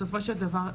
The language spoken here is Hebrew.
בסופו של דבר,